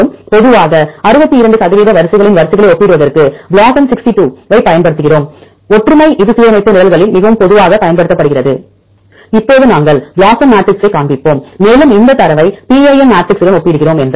மற்றும் பொதுவாக 62 சதவீத வரிசைகளின் வரிசைகளை ஒப்பிடுவதற்கு BLOSUM62 ஐப் பயன்படுத்துகிறோம் ஒற்றுமை இது சீரமைப்பு நிரல்களில் மிகவும் பொதுவாகப் பயன்படுத்தப்படுகிறது இப்போது நாங்கள் BLOSUM மேட்ரிக்ஸைக் காண்பிப்போம் மேலும் இந்தத் தரவை PAM மேட்ரிக்ஸுடன் ஒப்பிடுகிறோம்